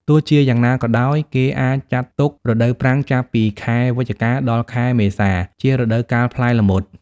ទោះជាយ៉ាងណាក៏ដោយ គេអាចចាត់ទុក រដូវប្រាំង ចាប់ពីខែវិច្ឆិកា ដល់ខែមេសា ជារដូវកាលផ្លែល្មុត។